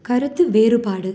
கருத்து வேறுபாடு